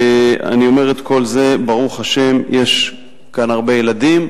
אני אומר את כל זה, ברוך השם, יש כאן הרבה ילדים,